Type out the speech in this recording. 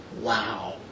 Wow